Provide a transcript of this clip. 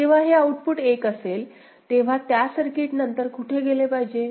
आता जेव्हा हे आउटपुट 1 असेल तेव्हा त्या नंतर सर्किट कुठे गेले पाहिजे